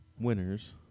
winners